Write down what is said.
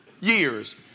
years